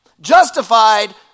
justified